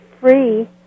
free